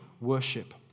Worship